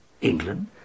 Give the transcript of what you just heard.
England